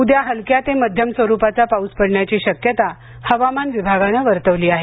उद्या हलक्या ते मध्यम स्वरूपाचा पाऊस पडण्याची शक्यता हवामान विभागाने वर्तवली आहे